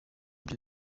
ibyo